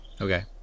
Okay